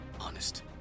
honest